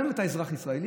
גם אם אתה אזרח ישראלי,